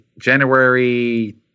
January